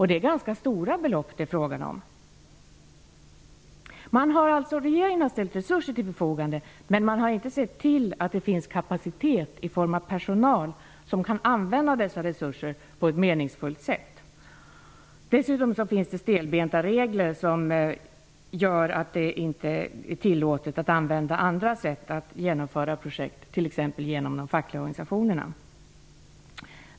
Det är ganska stora belopp som det är fråga om. Regeringen har alltså ställt resurser till förfogande. Men man har inte sett till att det finns kapacitet i form av personal som kan använda dessa resurser på ett meningsfullt sätt. Dessutom finns det stelbenta regler som gör att det inte är tillåtet att genomföra projekt på andra sätt, t.ex. genom de fackliga organisationerna.